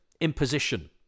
imposition